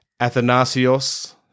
Athanasios